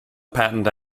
patent